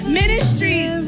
ministries